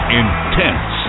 intense